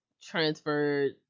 transferred